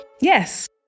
Yes